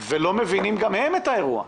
ולא מבינים גם הם את האירוע.